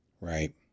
Right